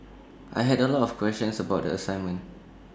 I had A lot of questions about the assignment